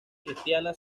cristiana